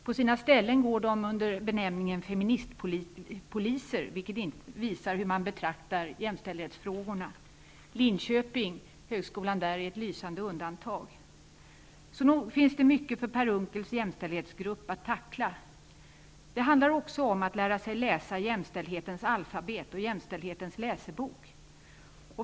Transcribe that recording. På sina ställen går de under benämningen ''feministpoliser'', vilket visar hur jämställdhetsfrågorna betraktas. Högskolan i Linköping är ett lysande undantag. Nog finns det mycket för Per Unckels jämställdhetsgrupp att tackla. Det handlar också om att lära sig läsa jämställdhetens alfabet och läsebok.